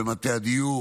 במטה הדיור